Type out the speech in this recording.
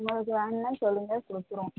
இன்னும் உங்களுக்கு வேணுன்னா சொல்லுங்கள் கொடுக்குறோம்